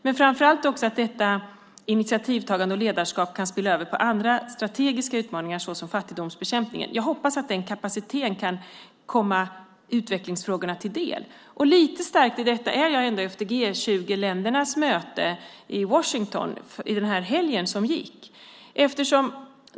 Jag hoppas att detta initiativtagande och ledarskap kan spilla över på andra strategiska utmaningar, såsom fattigdomsbekämpningen, och att den kapaciteten kan komma till nytta också i utvecklingsfrågorna. Lite stärkt i detta är jag efter G 20-ländernas möte i Washington under helgen som gick.